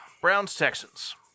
Browns-Texans